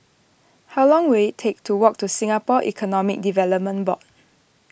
how long will it take to walk to Singapore Economic Development Board